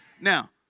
Now